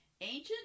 Ancient